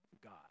God